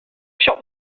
shop